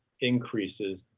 increases